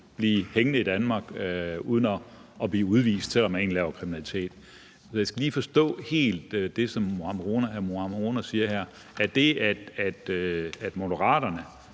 blive hængende i Danmark uden at blive udvist, selv om man egentlig har lavet kriminalitet. Så jeg skal lige helt forstå det, som hr. Mohammad Rona siger her, for er det, at Moderaterne